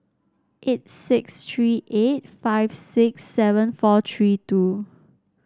eight six tree eight five six seven four tree two